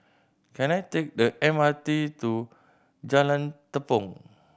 can I take the M R T to Jalan Tepong